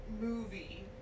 movie